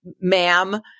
ma'am